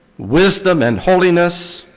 wisdom and holiness,